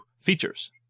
features